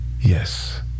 Yes